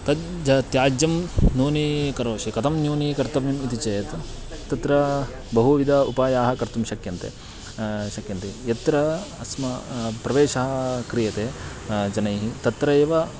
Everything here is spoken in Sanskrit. तद् ज त्याज्यं न्यूनीकरोषि कथं न्यूनीकर्तव्यम् इति चेत् तत्र बहुविध उपायाः कर्तुं शक्यन्ते शक्यन्ते यत्र अस्म प्रवेशः क्रियते जनैः तत्र एव